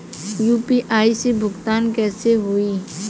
UPI से भुगतान कइसे होहीं?